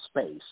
space